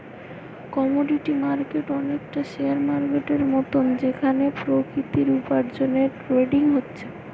commodity market অনেকটা share মার্কেটের মতন যেখানে প্রাকৃতিক উপার্জনের ট্রেডিং হচ্ছে